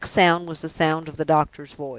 the next sound was the sound of the doctor's voice.